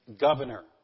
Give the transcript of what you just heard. governor